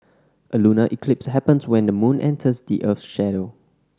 a lunar eclipse happens when the moon enters the earth's shadow